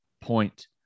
point